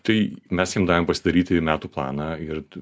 tai mes jiem davėm pasidaryti metų planą ir